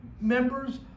members